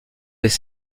des